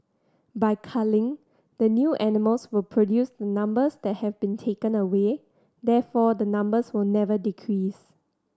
by culling the new animals will produce the numbers that have been taken away therefore the numbers will never decrease